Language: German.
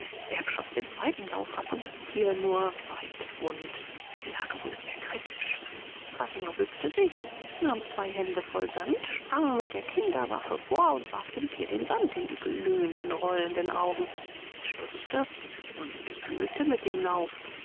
schoß den zweiten lauf ab und das tier nur weidwund die lage wurde sehr kritisch fatima bückte sich nahm zwei hände voll sand sprang mit der kinderwaffe vor und warf dem tier den sand in die glühenden rollenden augen es stutzte und wühlte mit dem lauf